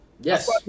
Yes